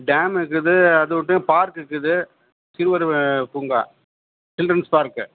dam இருக்குது அதை விட்டு பார்க் இருக்குது சிறுவர் வ பூங்கா சில்ட்ரென்ஸ் பார்க்கு